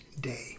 day